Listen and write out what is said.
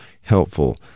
helpful